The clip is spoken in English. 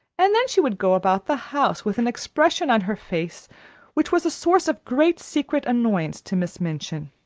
and then she would go about the house with an expression on her face which was a source of great secret annoyance to miss minchin,